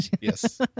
Yes